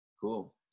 Cool